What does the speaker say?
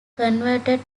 converted